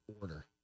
order